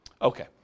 Okay